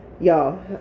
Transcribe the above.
Y'all